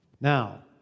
Now